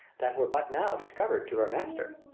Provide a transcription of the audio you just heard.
that were but now discover'd to her master.